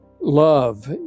love